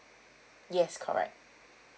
yes correct